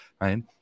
right